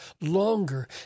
longer